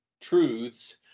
truths